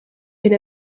been